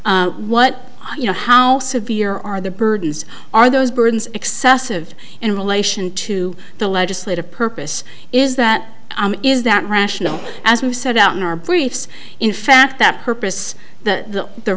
what you know how severe are the burdens are those burdens excessive in relation to the legislative purpose is that is that rational as we've set out in our briefs in fact that purpose the the